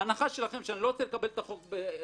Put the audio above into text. ההנחה שלכם שאני לא רוצה לקבל את החוב בחזרה,